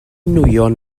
nwyon